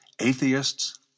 atheists